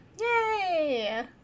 Yay